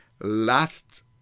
last